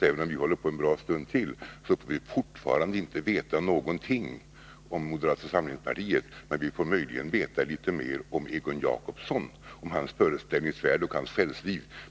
Även om vi håller på en bra stund till, får vi fortfarande inte veta någonting om moderata samlingspartiet. Vi får möjligen veta litet mer om Egon Jacobsson och hans föreställningsvärld och själsliv.